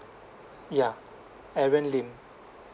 ya aaron lim